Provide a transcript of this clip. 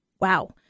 Wow